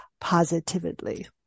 positively